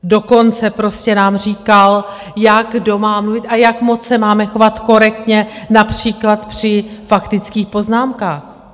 Dokonce prostě nám říkal, jak kdo má mluvit a jak se máme chovat korektně například při faktických poznámkách.